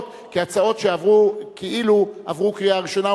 הצעות שכאילו עברו קריאה ראשונה,